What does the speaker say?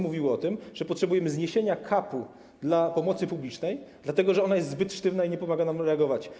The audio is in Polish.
Mówiono, że potrzebujemy zniesienia capu dla pomocy publicznej, dlatego że jest ona zbyt sztywna i nie pomaga nam reagować.